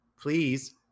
please